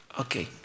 Okay